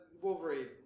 Wolverine